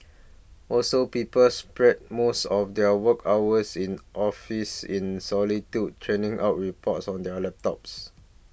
also people spread most of their work hours in office in solitude churning out reports on their laptops